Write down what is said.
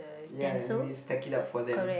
ya anyways stack it up for them